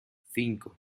cinco